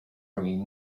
bringing